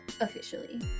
officially